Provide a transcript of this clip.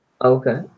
Okay